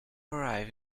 arrive